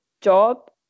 job